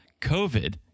COVID